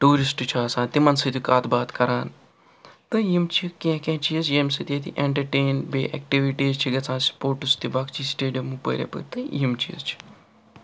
tourist چھُ آسان تِمَن سۭتۍ کتھ باتھ کَران تہٕ یِم چھِ کیٚنٛہہ کیٚنٛہہ چیٖز ییٚمہِ سۭتۍ ییٚتہِ اینٹَرٹین بیٚیہِ ایٚکٹیٛوِٗٹیٖز چھِ گَژھان سُپورٹٕس تہِ بخشی سِٹیڈیم ہُپٲرۍ یَپٲرۍ تہٕ یِم چیٖز چھِ